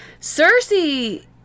Cersei